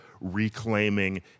reclaiming